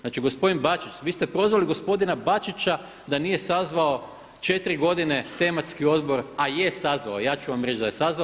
Znači, gospodine Bačić, vi ste prozvali gospodina Bačića da nije sazvao četiri godine tematski odbor, a je sazvao, ja ću vam reći da je sazvao.